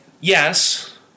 Yes